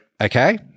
Okay